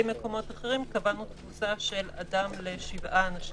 מקומות אחרים קבענו תפוסה של אדם לשבעה אנשים.